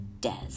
Des